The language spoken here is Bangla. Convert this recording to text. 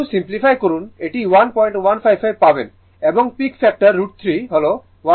শুধু সিমপ্লিফাই করুন এটি 1155 পাবেন এবং পিক ফ্যাক্টর √3 হল 1732